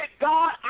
God